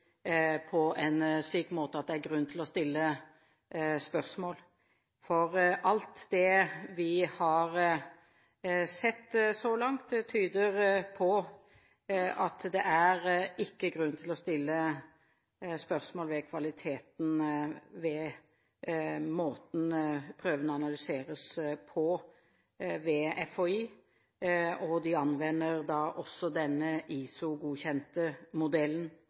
på en slik måte at det er grunn til å stille spørsmål. For alt det vi har sett så langt, tyder på at det ikke er grunn til å stille spørsmål om kvaliteten ved måten prøvene analyseres på ved FHI, og de anvender også denne ISO-godkjente modellen.